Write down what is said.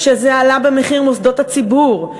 שזה עלה במחיר מוסדות הציבור,